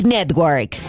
Network